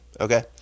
Okay